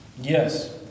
Yes